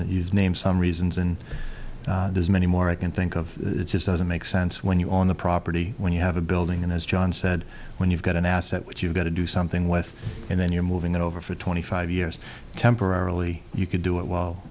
that you name some reasons and there's many more i can think of it just doesn't make sense when you own the property when you have a building and as john said when you've got an asset which you've got to do something with and then you're moving it over for twenty five years temporarily you could do it well